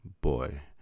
Boy